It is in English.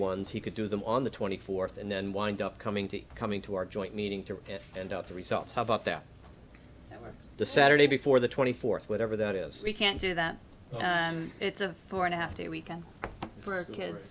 ones he could do them on the twenty fourth and then wind up coming to coming to our joint meeting to end up the results have up there the saturday before the twenty fourth whatever that is we can't do that it's a four and a half day weekend for kids